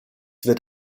wird